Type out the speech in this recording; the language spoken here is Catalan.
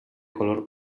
color